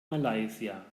malaysia